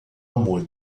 amor